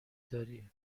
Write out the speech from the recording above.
داری